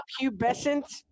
pubescent